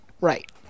right